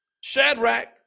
Shadrach